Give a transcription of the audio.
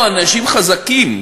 או שאנשים חזקים,